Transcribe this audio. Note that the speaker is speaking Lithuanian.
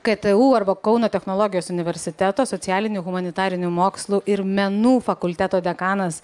ktu arba kauno technologijos universiteto socialinių humanitarinių mokslų ir menų fakulteto dekanas